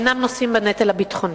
אינם נושאים בנטל הביטחוני.